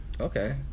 Okay